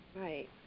Right